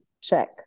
check